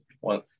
one